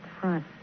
front